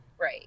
Right